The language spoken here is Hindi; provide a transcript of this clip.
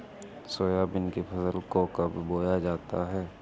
सोयाबीन की फसल को कब बोया जाता है?